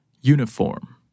Uniform